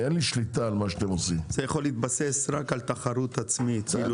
זה יכול להתבסס רק על תחרות עצמית.